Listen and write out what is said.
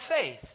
faith